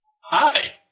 Hi